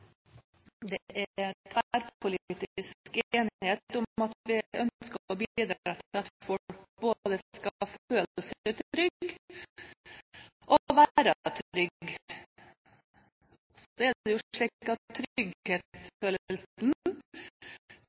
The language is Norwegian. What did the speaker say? Det er tverrpolitisk enighet om at vi ønsker å bidra til at folk både skal føle seg trygge og være trygge. Så er det slik at